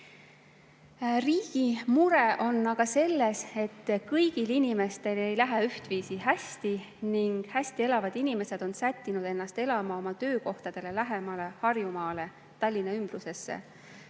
Riigi mure on aga selles, et kõigil inimestel ei lähe ühtviisi hästi ning hästi elavad inimesed on sättinud ennast elama oma töökohtadele lähemale Harjumaale, Tallinna ümbrusesse.